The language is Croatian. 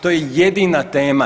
To je jedina tema.